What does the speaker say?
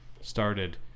started